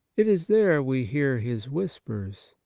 it is there we hear his whispers.